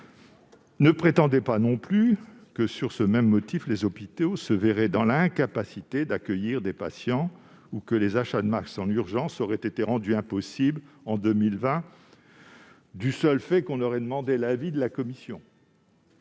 Ne prétendez pas non plus que les hôpitaux se verraient dans l'incapacité d'accueillir des patients ou que les achats de masques en urgence auraient été rendus impossibles en 2020, du seul fait que nous aurions demandé l'avis de la commission